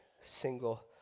single